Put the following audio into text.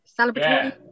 celebratory